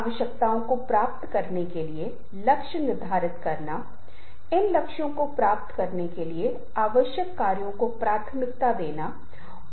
इसलिए श्रोतागण मायने रखता है क्योंकि आपकी प्रस्तुति को आपके दर्शकों के लिए पूरी तरह से तैयार किया जाना है